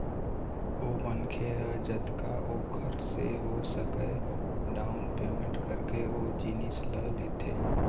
ओ मनखे ह जतका ओखर से हो सकय डाउन पैमेंट करके ओ जिनिस ल लेथे